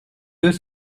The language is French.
deux